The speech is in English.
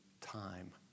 time